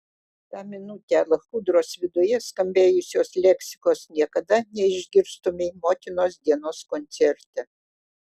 tą minutę lachudros viduje skambėjusios leksikos niekada neišgirstumei motinos dienos koncerte